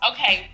Okay